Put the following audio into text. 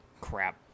Crap